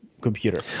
computer